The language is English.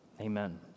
Amen